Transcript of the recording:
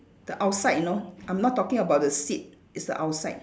the outside you know I'm not talking about the seed it's the outside